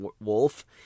Wolf